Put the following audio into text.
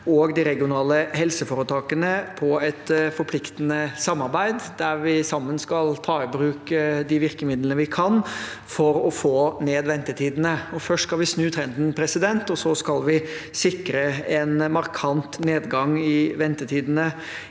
og de regionale helseforetakene til et forpliktende samarbeid, der vi sammen skal ta i bruk de virkemidlene vi kan for å få ned ventetidene. Først skal vi snu trenden, og så skal vi sikre en markant nedgang i ventetidene